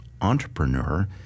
entrepreneur